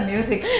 Music